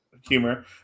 humor